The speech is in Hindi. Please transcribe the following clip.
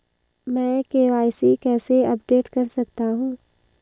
मैं के.वाई.सी कैसे अपडेट कर सकता हूं?